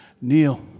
Kneel